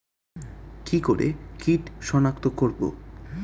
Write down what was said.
কি করে কিট শনাক্ত করব?